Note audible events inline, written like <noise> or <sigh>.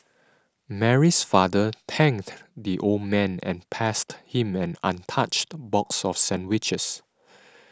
Mary's father thanked the old man and passed him an untouched box of sandwiches <noise>